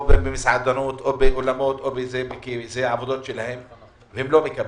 או במסעדנות או באולמות והם לא מקבלים.